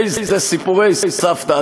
איזה סיפורי סבתא.